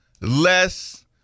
less